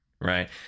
right